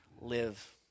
live